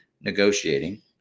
negotiating